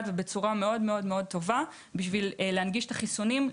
ובצורה מאוד טובה כדי להנגיש את החיסונים,